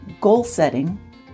goal-setting